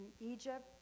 egypt